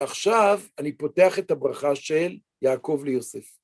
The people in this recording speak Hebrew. עכשיו אני פותח את הברכה של יעקב ליוסף.